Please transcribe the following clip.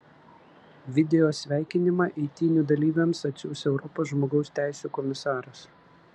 video sveikinimą eitynių dalyviams atsiųs europos žmogaus teisių komisaras